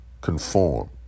conform